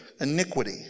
iniquity